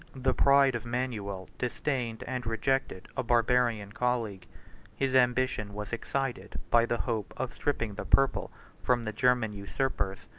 the pride of manuel disdained and rejected a barbarian colleague his ambition was excited by the hope of stripping the purple from the german usurpers,